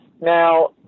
Now